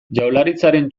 jaurlaritzaren